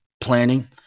planning